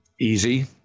easy